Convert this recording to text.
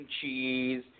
cheese